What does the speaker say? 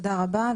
תודה רבה,